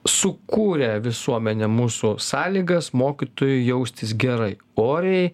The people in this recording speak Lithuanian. sukūrė visuomenė mūsų sąlygas mokytojui jaustis gerai oriai